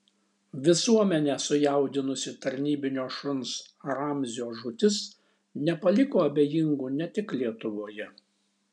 visuomenę sujaudinusi tarnybinio šuns ramzio žūtis nepaliko abejingų ne tik lietuvoje